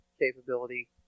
capability